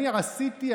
אני עשיתי,